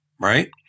right